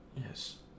Yes